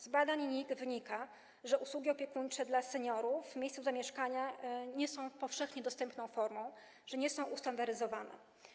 Z badań NIK wynika, że usługi opiekuńcze dla seniorów w miejscu zamieszkania nie są powszechnie dostępną formą, nie są ustandaryzowane.